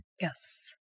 Yes